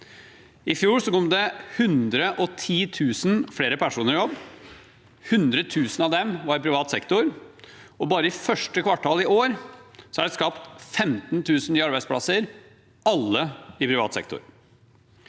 I fjor kom det 110 000 flere personer i jobb. 100 000 av dem var i privat sektor. Bare i første kvartal i år er det skapt 15 000 nye arbeidsplasser, alle i privat sektor.